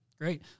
Great